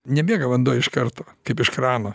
nebėga vanduo iš karto kaip iš krano